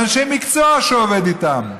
באנשי מקצוע שהוא עובד איתם.